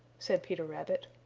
said peter rabbit.